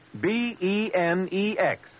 B-E-N-E-X